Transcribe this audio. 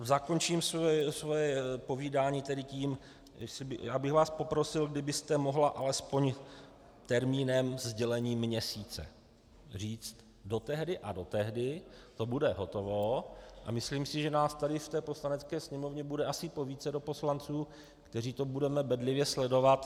Zakončím svoje povídání tedy tím, že bych vás poprosil, kdybyste mohla alespoň termínem, sdělením měsíce říct do tehdy a do tehdy to bude hotovo, a myslím si, že nás tady v té Poslanecké sněmovně bude asi povícero poslanců, kteří to budeme bedlivě sledovat.